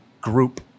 Group